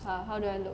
ah how do I look